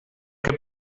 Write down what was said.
que